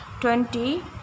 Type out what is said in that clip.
Twenty